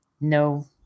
no